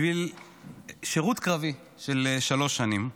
בשביל שירות קרבי של שלוש שנים בצנחנים.